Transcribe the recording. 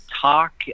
talk